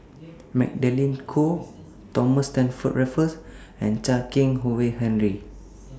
Magdalene Khoo Thomas Stamford Raffles and Chan Keng Howe Harry